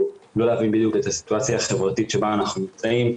או לא להבין בדיוק את הסיטואציה החברתית שבה אנחנו נמצאים,